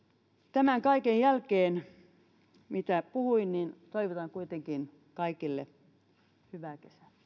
tämän kaiken jälkeen mitä puhuin toivotan kuitenkin kaikille hyvää